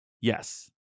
yes